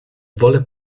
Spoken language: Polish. wolę